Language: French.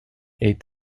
est